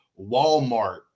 Walmart